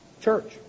Church